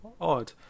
Odd